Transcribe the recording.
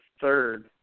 third